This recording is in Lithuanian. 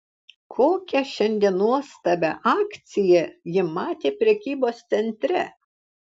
kokią šiandien nuostabią akciją ji matė prekybos centre